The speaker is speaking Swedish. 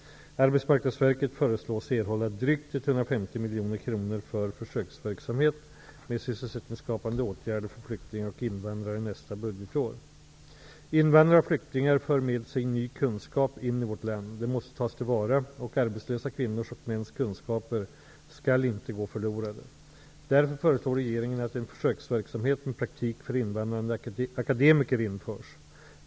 Arbetsmarknadsverket föreslås erhålla drygt 150 miljoner kronor för försöksverksamhet med sysselsättningsskapande åtgärder för flyktingar och invandrare nästa budgetår. Invandrare och flyktingar för med sig ny kunskap in i vårt land. Den måste tas till vara, och arbetslösa kvinnors och mäns kunskaper skall inte gå förlorade. Därför föreslår regeringen att en försöksverksamhet med praktik för invandrade akademiker införs.